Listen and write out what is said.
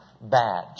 badge